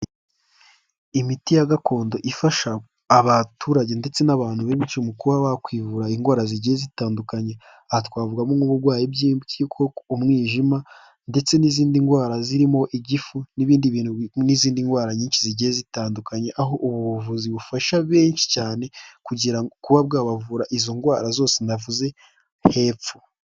Imiti ya gakondo ifasha abaturage ndetse n'abantu benshi mu kuba bakwivura indwara zigiye zitandukanye, aha twavugamo nk'uburwayi bw'impyiko, umwijima ndetse n'izindi ndwara zirimo igifu n'ibindi bintu n'izindi ndwara nyinshi zigiye zitandukanye, aho ubu buvuzi bufasha benshi cyane kugira kuba bwabavura izo ndwara zose navuze hepfo.